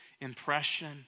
impression